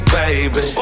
baby